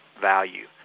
value